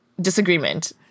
disagreement